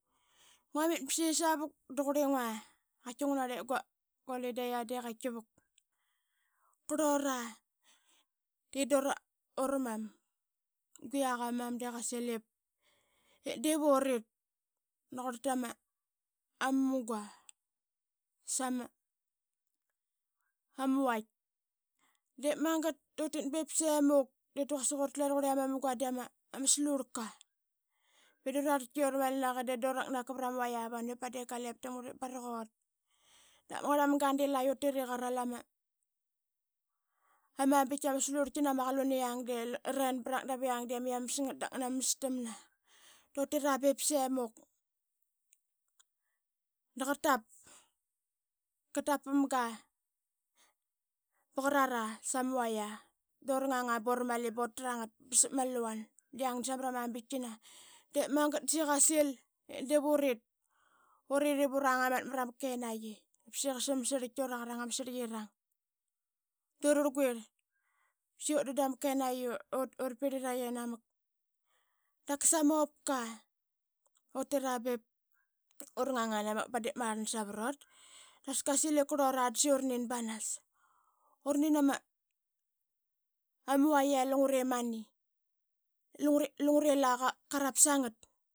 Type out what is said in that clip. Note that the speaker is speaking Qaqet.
Ngu mit ba saqi savak de ngunarlip qaitki qurligua i ngunarlip gu holidaya de qaitki vuk. Qurlura de dura mam gu ya qa maman de qasil ip diip urit naqurl tama ama munga sama amu vaitk. De magat dutit ba semuk de da quasik uratle raqurla i ama munga de ama slurka. De da ura rlatki ura mali naqa de dura knaka vrama vait avanu i vadiip qalip tam ngat ip baraqat. Da ma ngrl mamga de laiutit de qaral ama, ama bigtki ama slurltki nama qalun i yang i ren prangat dap yang de ama yamas ngat da ngna ma mastamna. Utira be semuk da qatap, qatap pamga ba qrara sama vaitka dura nganga durmali but rangat ba sap ma luvan da yang samrama bitkina. Dep magat da saqi qasil it divurit urit ivurang amanap mrama kenaqi ip saqi qasam srlaitk nura qarang ama srlitkirang. Dura rlguirl ba saqi ut dan tama kenaqi i ura pirliraqi namak daqas ma opka. Utira bep ura ngang ana mak ippada ma rlngi savrot da saqi qasil ip qurlura da saqi uranin banas. Uranin ama vaiti i lungre mani lungre la qarap sangat.